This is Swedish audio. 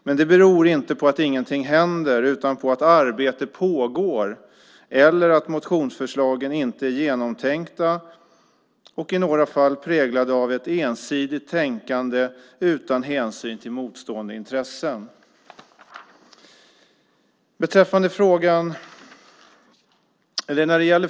Men det beror inte på att ingenting händer, utan på att arbete pågår eller på att motionsförslagen inte är genomtänkta och i några fall är präglade av ett ensidigt tänkande utan hänsyn till motstående intressen.